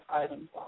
items